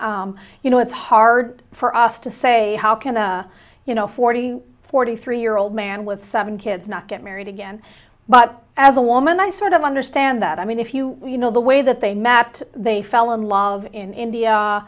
you know it's hard for us to say how can you know forty forty three year old man with seven kids not get married again but as a woman i sort of understand that i mean if you you know the way that they mapped they fell in love in india